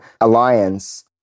Alliance